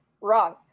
Wrong